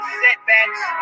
setbacks